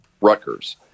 Rutgers